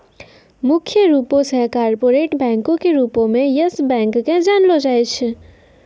मुख्य रूपो से कार्पोरेट बैंको के रूपो मे यस बैंक के जानलो जाय छै